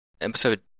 episode